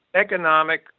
economic